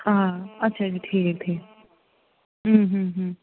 آ اَچھا جی ٹھیٖک ٹھیٖک